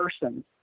person